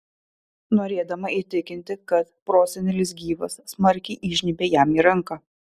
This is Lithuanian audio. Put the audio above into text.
norėdama įtikinti kad prosenelis gyvas smarkiai įžnybia jam į ranką